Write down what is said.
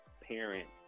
parent